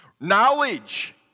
Knowledge